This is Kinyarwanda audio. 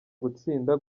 gutsinda